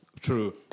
True